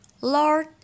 Lord